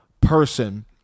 person